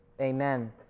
Amen